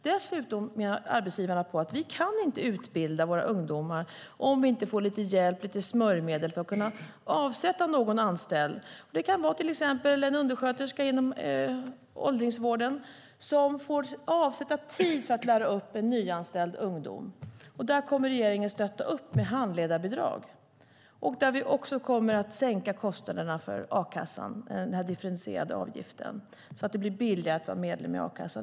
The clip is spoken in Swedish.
Dessutom menar arbetsgivarna att de inte kan utbilda ungdomarna om de inte får hjälp och smörjmedel för att avsätta en anställd - till exempel en undersköterska inom åldringsvården - som kan avsätta tid för att lära upp en nyanställd ungdom. Där kommer regeringen att stötta med handledarbidrag och sänka kostnaderna för a-kassan, det vill säga den differentierade avgiften, så att det blir billigare att vara medlem i a-kassan.